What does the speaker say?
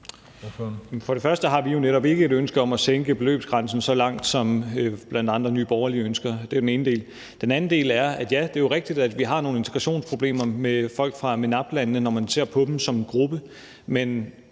(S): Først har vi jo netop ikke et ønske om at sænke beløbsgrænsen så langt, som bl.a. Nye Borgerlige ønsker. Det er den ene del. Den anden del er, at ja, det er jo rigtigt, at vi har nogle integrationsproblemer med folk fra MENAPT-landene, når man ser på dem som en gruppe,